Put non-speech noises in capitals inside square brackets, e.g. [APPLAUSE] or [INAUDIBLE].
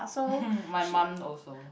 [LAUGHS] my mum also